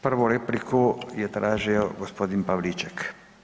Prvu repliku je tražio gospodin Pavliček.